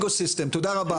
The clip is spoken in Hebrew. תודה רבה.